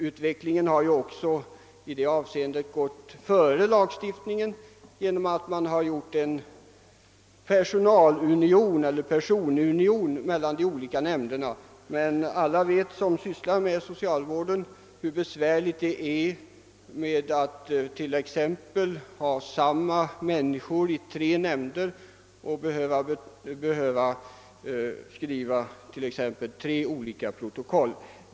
Utvecklingen har också i detta avseende gått före lagstiftningen genom att man ibland ordnar med en personalunion mellan de olika nämnderna. Men alla som sysslar med socialvård vet hur besvärligt det är att med samma människor i tre nämnder behöva skriva tre olika protokoll.